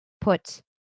put